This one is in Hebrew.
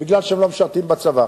כי הם לא משרתים בצבא.